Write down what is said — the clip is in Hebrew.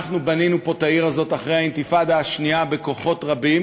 אנחנו בנינו פה את העיר הזאת אחרי האינתיפאדה השנייה בכוחות רבים